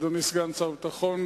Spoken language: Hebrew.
אדוני סגן שר הביטחון,